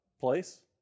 place